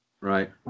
Right